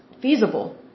feasible